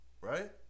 right